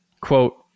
quote